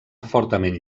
fortament